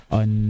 on